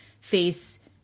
face